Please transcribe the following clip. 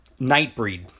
Nightbreed